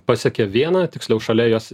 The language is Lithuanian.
pasiekė vieną tiksliau šalia jos